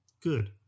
Good